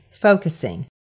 focusing